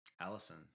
Allison